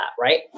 right